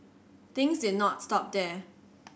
things did not stop there